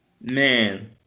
Man